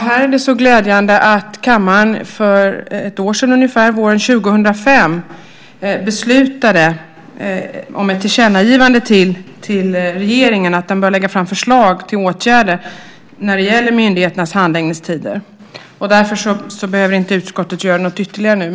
Här är det så glädjande att kammaren för ett år sedan ungefär, våren 2005, beslutade om ett tillkännagivande till regeringen om att den bör lägga fram förslag på åtgärder när det gäller myndigheternas handläggningstider. Därför behöver inte utskottet göra något ytterligare nu.